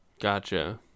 gotcha